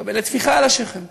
מקבלת טפיחה על השכם.